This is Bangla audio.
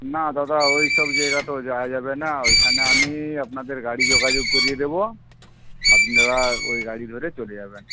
না দাদা ওইসব জায়গা তো যাওয়া যাবে না ওইখানে আমি আপনাদের গাড়ি যোগাযোগ করিয়ে দেবো আপনারা ওই গাড়ি ধরে চলে যাবেন